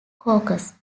caucus